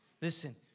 Listen